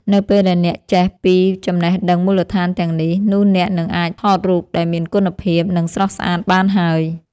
នៅពេលដែលអ្នកចេះពីចំណេះដឹងមូលដ្ឋានទាំងនេះ នោះអ្នកនឹងអាចថត់រូបដែលមានគុណភាព និងស្រស់ស្អាតបានហើយ។